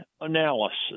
analysis